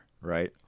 right